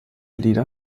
lieder